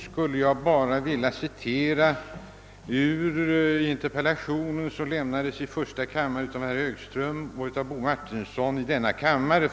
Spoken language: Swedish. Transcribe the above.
Jag vill då citera några rader ur den interpellation i ärendet som framställts i första kammaren av herr Högström och i denna kammare av herr Martinsson.